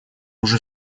уже